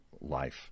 life